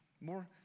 More